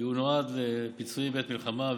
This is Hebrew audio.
כי הוא נועד לפיצויים בעת מלחמה,